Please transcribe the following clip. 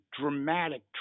dramatic